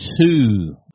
two